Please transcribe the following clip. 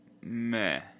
Meh